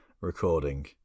recording